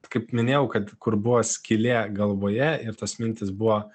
kaip minėjau kad kur buvo skylė galvoje ir tos mintys buvo